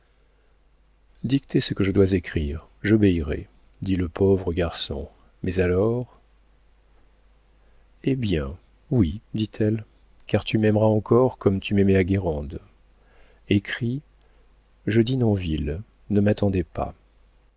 dictez ce que je dois écrire j'obéirai dit le pauvre garçon mais alors eh bien oui dit-elle car tu m'aimeras encore comme tu m'aimais à guérande écris je dîne en ville ne m'attendez pas